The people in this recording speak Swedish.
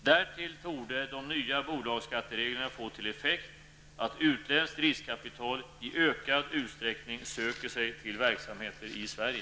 Därtill torde de nya bolagsskattereglerna få till effekt att utländskt riskkapital i ökad utsträcknig söker sig till verksamheter i Sverige.